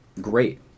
Great